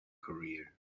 career